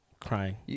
crying